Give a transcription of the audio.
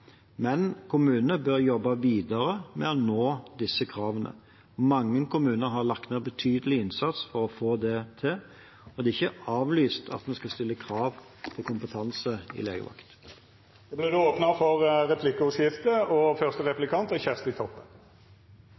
men kommunene bør jobbe videre med å nå disse kravene. Mange kommuner har lagt ned en betydelig innsats for å få det til, og det er ikke avlyst at vi skal stille krav til kompetanse i legevakt. Det vert replikkordskifte. Eg er veldig glad for innlegget frå statsråden. Det er